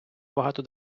багато